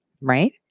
right